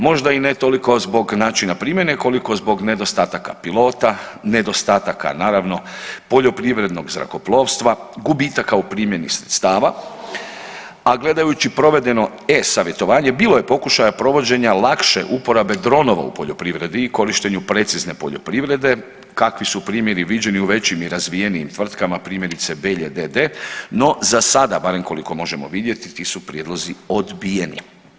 Možda i ne toliko zbog načina primjene koliko zbog nedostataka pilota, nedostataka naravno poljoprivrednog zrakoplovstva, gubitaka u primjeni sredstava, a gledajući provedeno e-savjetovanje bilo je pokušaja lakše uporabe dronova u poljoprivredi i korištenju precizne poljoprivrede kakvi su primjeri viđeni u većim i razvijenijim tvrtkama primjerice Belje d.d., no za sada barem koliko možemo vidjeti ti su prijedlozi odbijeni.